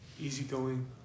easygoing